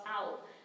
out